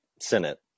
senate